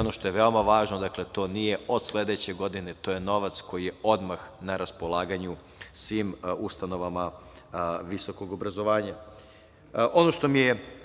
Ono što je veoma važno, to nije od sledeće godine, to je novac koji je odmah na raspolaganju svim ustanovama visokog obrazovanja. Ono što mi je,